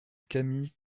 camille